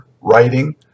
writing